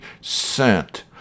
sent